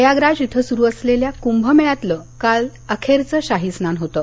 प्रयागराज इथं सुरू असलेल्या कुंभ मेळ्यातलं काल अखेरचं शाही स्नान होतं